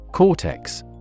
Cortex